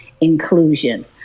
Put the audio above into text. inclusion